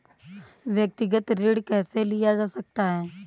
व्यक्तिगत ऋण कैसे लिया जा सकता है?